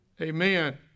Amen